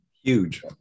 Huge